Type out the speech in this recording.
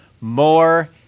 more